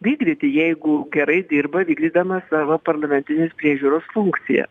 vykdyti jeigu gerai dirba vykdydama savo parlamentinės priežiūros funkciją